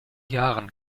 jahren